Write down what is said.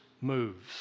moves